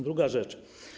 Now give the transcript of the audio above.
Druga rzecz.